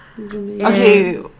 Okay